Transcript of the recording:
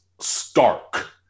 stark